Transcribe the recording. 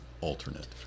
alternate